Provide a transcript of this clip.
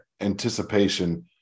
anticipation